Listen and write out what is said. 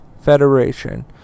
Federation